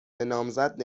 نامزد